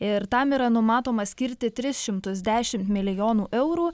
ir tam yra numatoma skirti tris šimtus dešim milijonų eurų